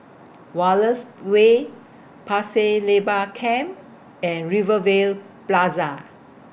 Wallace Way Pasir Laba Camp and Rivervale Plaza